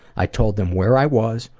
i told them where i was,